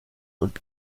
und